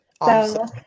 Awesome